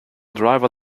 driver